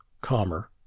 calmer